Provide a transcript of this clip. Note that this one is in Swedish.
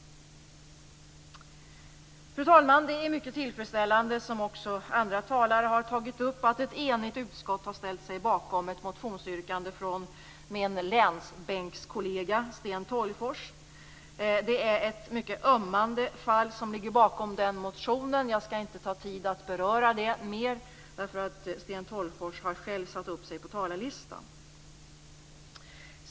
Fru talman! Det är mycket tillfredsställande, som också andra talare har tagit upp, att ett enigt utskott ställt sig bakom ett motionsyrkande från min länsbänkskollega Sten Tolgfors. Det är ett mycket ömmande fall som ligger bakom motionen. Jag skall inte ta upp tid att beröra det mer eftersom Sten Tolgfors satt upp sig på talarlistan.